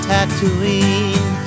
Tatooine